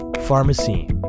pharmacy